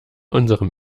unserem